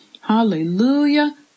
Hallelujah